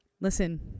Listen